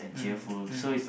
mm mm